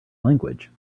language